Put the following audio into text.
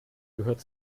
gehört